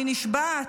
אני נשבעת".